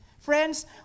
Friends